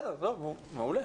זה מעולה.